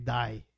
die